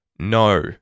No